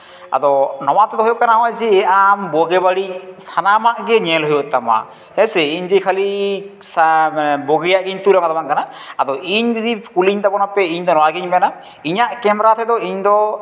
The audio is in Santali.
ᱟᱫᱚ ᱱᱚᱣᱟ ᱛᱮᱫᱚ ᱦᱩᱭᱩᱜ ᱠᱟᱱᱟ ᱡᱮ ᱦᱚᱸᱜᱼᱚᱭ ᱟᱢ ᱵᱳᱜᱮ ᱵᱟᱹᱲᱤᱡ ᱥᱟᱱᱟᱢᱟᱜ ᱜᱮ ᱧᱮᱞ ᱦᱩᱭᱩᱜ ᱛᱟᱢᱟ ᱦᱳᱭᱥᱮ ᱤᱧ ᱡᱮ ᱠᱷᱟᱹᱞᱤ ᱥᱟᱵ ᱵᱳᱜᱮᱭᱟᱜ ᱜᱤᱧ ᱛᱩᱫᱟ ᱚᱱᱟ ᱫᱚ ᱵᱟᱝ ᱠᱟᱱᱟ ᱟᱫᱚ ᱤᱧ ᱡᱩᱫᱤ ᱠᱩᱞᱤᱧ ᱛᱟᱵᱚᱱᱟᱯᱮ ᱤᱧ ᱫᱚ ᱱᱚᱣᱟ ᱜᱤᱧ ᱢᱮᱱᱟ ᱤᱧᱟ ᱜ ᱠᱮᱢᱮᱨᱟ ᱛᱮᱫᱚ ᱤᱧ ᱫᱚ